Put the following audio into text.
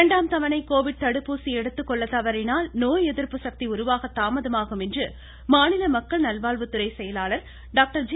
இரண்டாம் தவணை கோவிட் தடுப்பூசி எடுத்துக்கொள்ள தவறினால் நோய் எதிர்ப்பு சக்தி உருவாக தாமதமாகும் என்று மாநில மக்கள் நல்வாழ்வுத்துறை செயலாளர் டாக்டர் ஜே